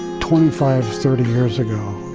twenty five, thirty years ago,